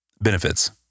benefits